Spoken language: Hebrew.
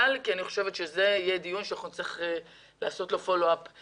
כי אני חושבת שזה יהיה דיון שחוסך מעקב בעתיד.